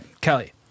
Kelly